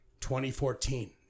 2014